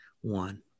one